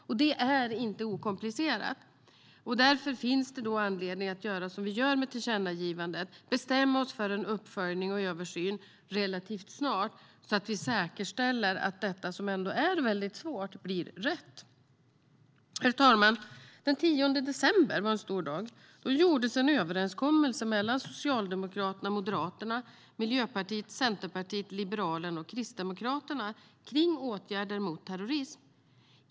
Det är inte okomplicerat. Därför finns det anledning att göra som vi gör med tillkännagivandet - att bestämma oss för en uppföljning och översyn relativt snart, så att vi säkerställer att detta, som ändå är väldigt svårt, blir rätt. Herr talman! Den 10 december var en stor dag. Då gjordes en överenskommelse mellan Socialdemokraterna, Moderaterna, Miljöpartiet, Centerpartiet, Liberalerna och Kristdemokraterna om åtgärder mot terrorism.